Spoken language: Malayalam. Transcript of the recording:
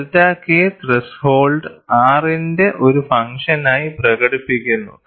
ഡെൽറ്റ K ത്രെഷോൾഡ് R ന്റെ ഒരു ഫംഗ്ഷനായി പ്രകടിപ്പിക്കുന്നു